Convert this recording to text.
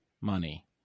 money